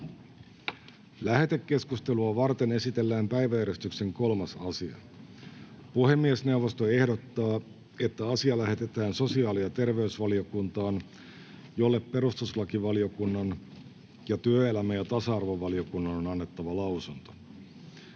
Lähetekeskustelua varten esitellään päiväjärjestyksen 3. asia. Puhemiesneuvosto ehdottaa, että asia lähetetään sosiaali- ja terveysvaliokuntaan, jolle perustuslakivaliokunnan ja työelämä- ja tasa-arvovaliokunnan on annettava lausunto.